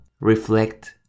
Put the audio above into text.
reflect